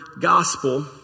gospel